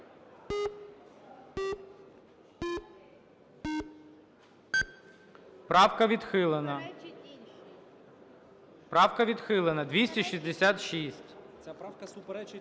Правка відхилена. Правка відхилена. 266.